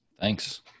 Thanks